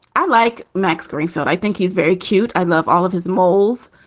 i like max greenfield. i think he's very cute. i love all of his moles